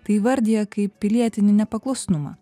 tai įvardija kaip pilietinį nepaklusnumą